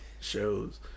shows